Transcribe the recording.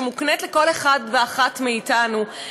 שמוקנית לכל אחד ואחת מאתנו,